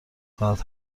کند